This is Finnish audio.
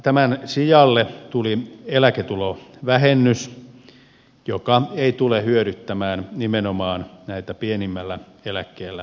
tämän sijalle tuli eläketulovähennys joka ei tule hyödyttämään nimenomaan näitä pienimmällä eläkkeellä olevia